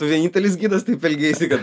tu vienintelis gidas taip elgiesi kad